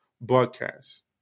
broadcast